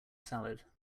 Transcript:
salad